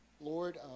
lord